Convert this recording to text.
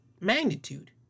magnitude